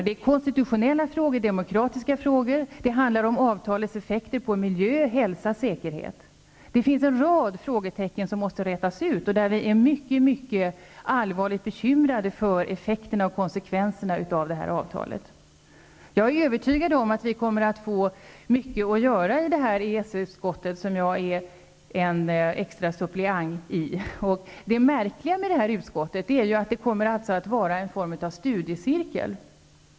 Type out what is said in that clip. Det är konstitutionella och demokratiska frågor, det handlar om avtalets effekter på miljö, hälsa och säkerhet. Det finns en rad frågetecken som måste rätas ut när det gäller detta avtal, vars effekter och konsekvenser vi är mycket allvarligt bekymrade över. Jag är övertygad om att vi kommer att få mycket att göra i EES-utskottet, som jag är extra suppleant i. Det märkliga med detta utskott är att det kommer att vara en form av studiecirkel.